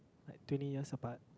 like twenty years apart